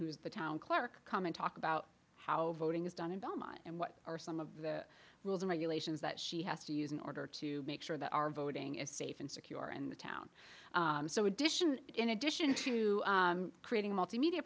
who is the town clerk come and talk about how voting is done in belmont and what are some of the rules and regulations that she has to use in order to make sure that our voting is safe and secure and the town so addition in addition to creating a multimedia